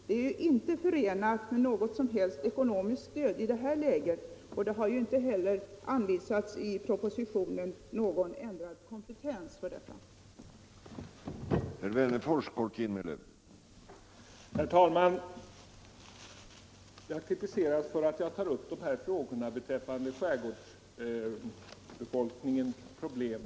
Det är inte förenat med något som helst ekonomiskt stöd i det här läget, och i propositionen har det inte heller anvisats någon ändrad kompetens i det avseendet.